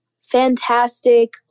fantastic